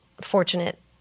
fortunate